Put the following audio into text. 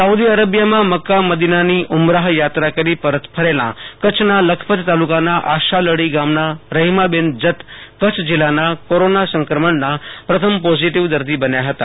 Saudi અરેબીયામાં Mecca મદિનાની ઉમરાહ યાત્રા કરી પરત ફરેલાં કચ્છના લખપત તાલુકાના આશાલડી ગામના રહીમાબેન જત કચ્છ જિલ્લાના કોરોના સંક્રમણના પ્રથમ પોઝીટીવ દદી બન્યા હતા